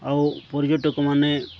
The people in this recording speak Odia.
ଆଉ ପର୍ଯ୍ୟଟକମାନେ